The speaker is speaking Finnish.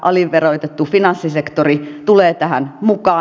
aliverotettu finanssisektori tulee tähän mukaan